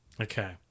okay